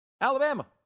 Alabama